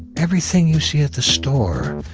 everything you see at the store,